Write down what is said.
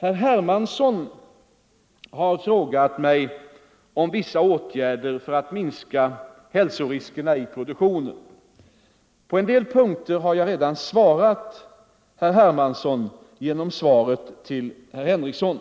Herr Hermansson har frågat mig om vissa åtgärder för att minska hälsoriskerna i produktionen. På en del punkter har jag redan svarat herr Hermansson genom svaret till herr Henrikson,